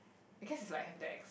because it's like have the ex~